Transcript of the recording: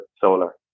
solar